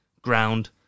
Ground